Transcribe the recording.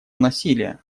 насилия